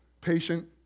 patient